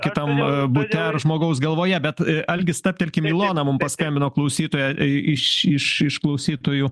kitam bute ar žmogaus galvoje bet algi stabtelkim ilona mum paskambino klausytoja iš iš iš klausytojų